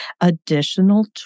additional